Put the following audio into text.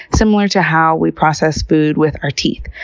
similar to how we process food with our teeth.